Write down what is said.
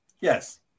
Yes